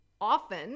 often